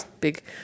big